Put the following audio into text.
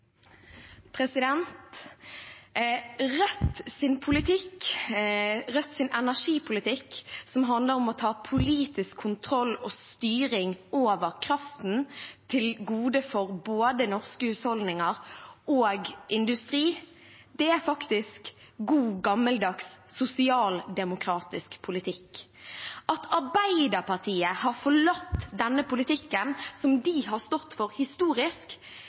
energipolitikk, som handler om å ta politisk kontroll og styring over kraften til beste for både norske husholdninger og industri, er faktisk god, gammeldags sosialdemokratisk politikk. At Arbeiderpartiet har forlatt denne politikken som de har stått for historisk,